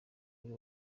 kuri